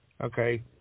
okay